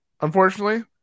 unfortunately